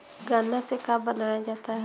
गान्ना से का बनाया जाता है?